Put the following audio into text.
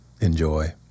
Enjoy